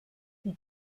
die